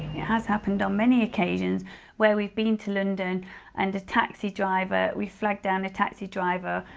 it has happened on many occasions where we've been to london and a taxi driver, we've flagged down a taxi driver,